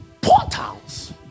portals